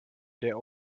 der